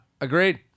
Agreed